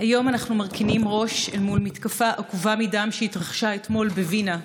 היום אנחנו מרכינים ראש אל מול מתקפה עקובה מדם שהתרחשה אתמול בווינה,